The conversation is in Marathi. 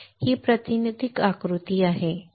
ही प्रातिनिधिक आकृती आहे